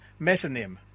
metonym